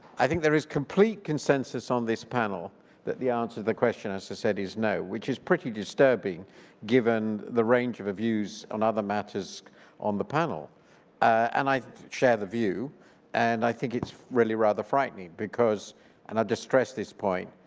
i think there is complete consensus on this panel that the answer the question as said is no which is pretty disturbing given the range of views on other matters on the panel and i share the view and i think it's really rather frightening because and i distressed this point,